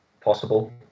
possible